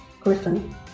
Griffin